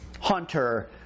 hunter